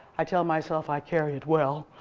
i tell myself i carry it well,